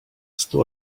stu